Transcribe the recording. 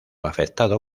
afectado